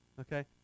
Okay